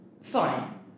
Fine